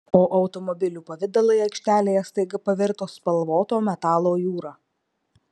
o automobilių pavidalai aikštelėje staiga pavirto spalvoto metalo jūra